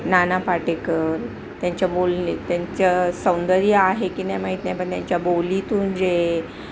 नाना पाटेकर त्यांच्या बोलणे त्यांचं सौंदर्य आहे की नाही माहीत नाही पण त्यांच्या बोलीतून जे